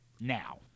Now